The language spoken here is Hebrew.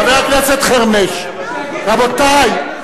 עולה לרמת הדציבלים הגבוהים.